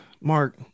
Mark